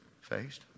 faced